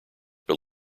but